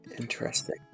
Interesting